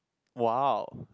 !wow!